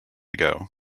ago